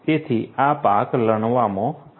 તેથી આ પાક લણવામાં આવે છે